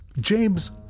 James